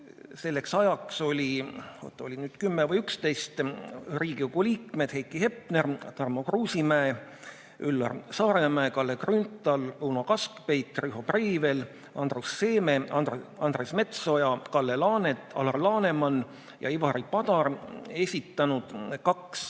selleks ajaks olid 10 või 11 Riigikogu liiget – Heiki Hepner, Tarmo Kruusimäe, Üllar Saaremäe, Kalle Grünthal, Uno Kaskpeit, Riho Breivel, Andrus Seeme, Andres Metsoja, Kalle Laanet, Alar Laneman ja Ivari Padar – esitanud kaks